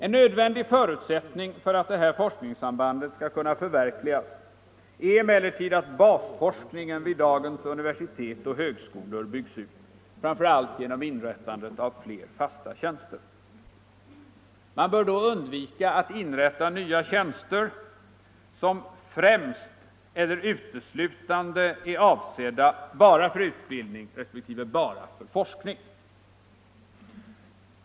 En nödvändig förutsättning för att det här forskningssambandet skall kunna förverkligas är emellertid att basforskningen vid dagens universitet och högskolor byggs ut, framför allt genom inrättandet av fler fasta tjänster. Man bör då undvika att inrätta nya tjänster som främst eller uteslutande är avsedda bara för utbildning resp. bara för forskning.